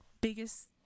biggest